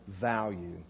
value